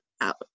out